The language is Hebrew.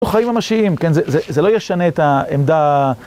חיים ממשיים, כן, זה לא ישנה את העמדה...